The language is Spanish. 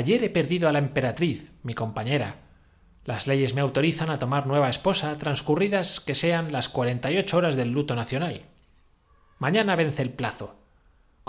ayer he perdido á la emperatriz mi compañera las leyes me autorizan á tomar nueva esposa transcu rridas que sean las cuarenta y ocho horas del luto na cional mañana vence el plazo